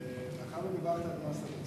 מס הבצורת.